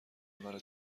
مرا